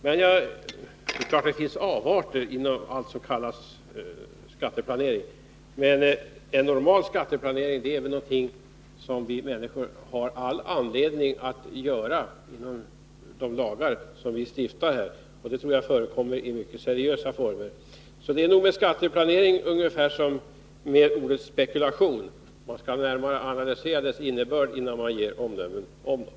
Det är klart att det finns avarter inom vad som kallas skatteplanering, men en normal skatteplanering är väl någonting som vi människor har all anledning att syssla med inom ramen för de lagar som vi stiftar här, och det tror jag förekommer i mycket seriösa former. Så det är nog med begreppet skatteplanering som med begreppet spekulation: Man skall analysera dess innebörd innan man fäller omdömen om det.